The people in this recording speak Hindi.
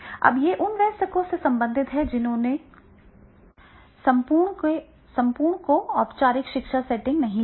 अब यह उन वयस्कों से संबंधित है जिन्होंने संपूर्ण को औपचारिक शिक्षा सेटिंग नहीं दी है